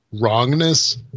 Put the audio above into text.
wrongness